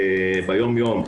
ביום-יום,